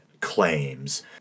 claims